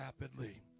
rapidly